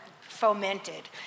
fomented